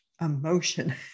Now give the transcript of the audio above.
emotion